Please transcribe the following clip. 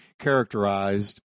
characterized